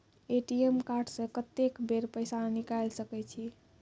ATM card से कत्तेक बेर पैसा निकाल सके छी?